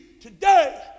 today